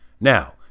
Now